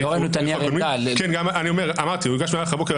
הוא הוגש במהלך הבוקר,